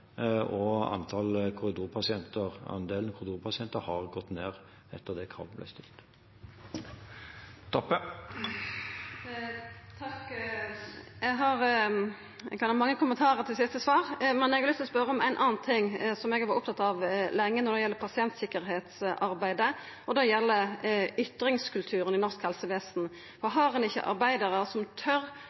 andelen korridorpasienter har gått ned etter at det kravet ble stilt. Takk. Eg kan ha mange kommentarar til det siste svaret, men eg har lyst til å spørja om ein annan ting, som eg har vore opptatt av når det gjeld pasientsikkerheitsarbeidet. Det gjeld ytringskulturen i norsk helsevesen. Har ein ikkje arbeidarar som tør